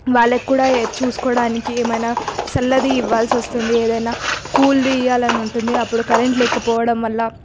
వాళ్ళకి కూడా చూసుకోడానికి ఏమైనా చల్లది ఇవ్వాల్సి వస్తుంది ఏదైనా కూల్ది ఇవ్వాలని ఉంటుంది అప్పుడు కరెంటు లేకపోవడం వల్ల